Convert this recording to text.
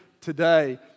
today